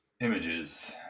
images